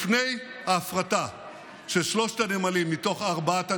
לפני ההפרטה של שלושת הנמלים מתוך ארבעת הנמלים,